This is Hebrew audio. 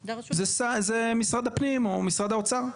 זה משרד הפנים או משרד האוצר.